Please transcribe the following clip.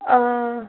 آ